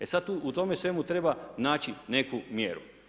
E sad tu, u tome svemu treba naći neku mjeru.